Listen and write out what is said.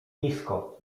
nisko